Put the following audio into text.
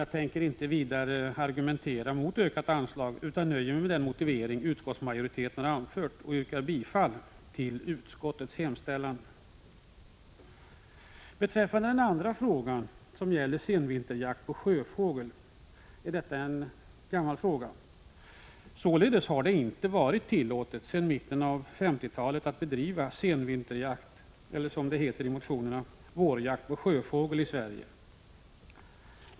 Jag tänker inte vidare argumentera mot ökat anslag utan nöjer mig med den motivering utskottsmajoriteten anfört, och jag yrkar bifall till utskottets hemställan. Den andra frågan, som gäller senvinterjakt på sjöfågel, är en gammal fråga. Således har det inte varit tillåtet sedan mitten av 1950-talet att bedriva senvinterjakt eller, som det heter i motionerna, vårjakt på sjöfågel i Sverige.